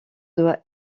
doit